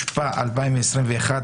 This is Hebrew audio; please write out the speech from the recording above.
התשפ"א-2021,